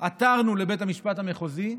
עתרנו לבית המשפט המחוזי,